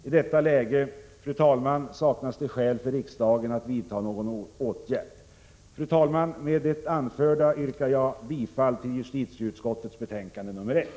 I detta läge, fru talman, saknas det skäl för riksdagen att vidta någon åtgärd. Fru talman! Med det anförda yrkar jag bifall till justitieutskottets hemställan i betänkande nr 1.